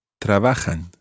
Trabajan